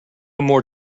more